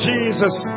Jesus